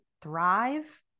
thrive